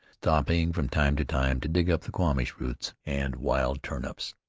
stopping from time to time to dig up the quamash-roots and wild turnips.